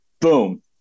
boom